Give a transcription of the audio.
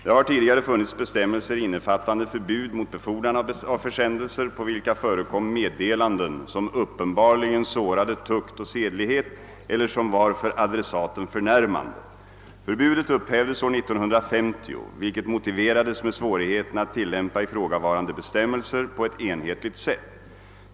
Det har tidigare funnits bestämmelser innefattande förbud mot befordran av försändelser, på vilka förekom meddelanden som uppenbarligen sårade tukt och sedlighet eller som var för adressaten förnärmande. Förbudet upphävdes år 1950, vilket motiverades med svårigheterna att tillämpa ifrågavarande bestämmelser på ett enhetligt sätt.